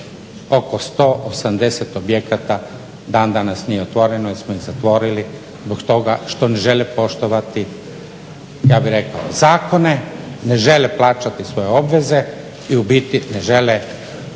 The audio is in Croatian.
oko 180 objekata dan danas nije otvoreno jer smo ih zatvorili zbog toga što ne žele poštovati ja bih rekao zakone, ne žele plaćati svoje obveze i u biti ne žele